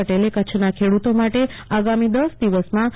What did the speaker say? પટેલે કચ્છનાં ખેડૂતો માટે આગામી દસ દિવસમાં રૂ